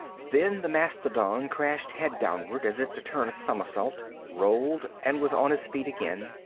then the mastodon crashed head downward, as if to turn a somersault, rolled and was on his feet again,